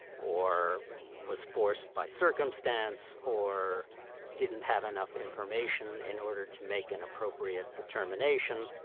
or was forced by circumstance, or didn't have enough information in order to make an appropriate determination,